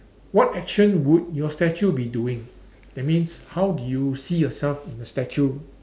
what action would your statue be doing that means how do you see yourself in the statue